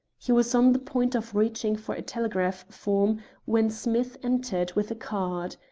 he was on the point of reaching for a telegraph form when smith entered with a card.